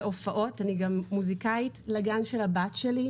להופעות אני גם מוזיקאית לגן של הבת שלי,